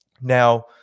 Now